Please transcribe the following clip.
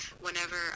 whenever